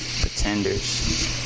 Pretenders